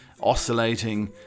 oscillating